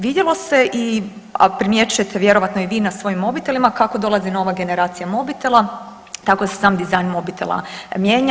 Vidjelo se i a primjećujete vjerojatno i vi na svojim mobitelima kako dolazi nova generacija mobitela tako se sam dizajn mobitela mijenja.